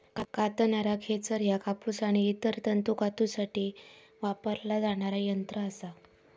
कातणारा खेचर ह्या कापूस आणि इतर तंतू कातूसाठी वापरला जाणारा यंत्र असा